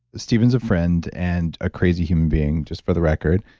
stephen's a friend and a crazy human being, just for the record.